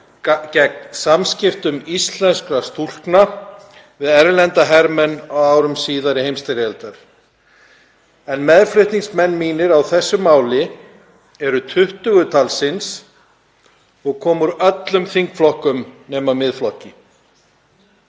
gegn samskiptum íslenskra stúlkna við erlenda hermenn á árum síðari heimsstyrjaldar. Meðflutningsmenn mínir á þessu máli eru 20 og koma úr öllum þingflokkum nema Miðflokki.